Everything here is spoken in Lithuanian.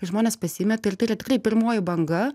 žmonės pasimeta ir tai yra tikrai pirmoji banga